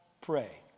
pray